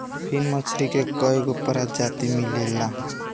फिन मछरी के कईगो प्रजाति मिलेला